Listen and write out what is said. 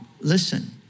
listen